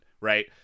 right